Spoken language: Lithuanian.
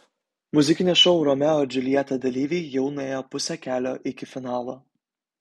muzikinio šou romeo ir džiuljeta dalyviai jau nuėjo pusę kelio iki finalo